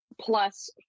plus